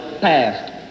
passed